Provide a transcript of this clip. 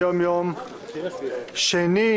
היום יום שני,